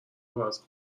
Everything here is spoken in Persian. عوض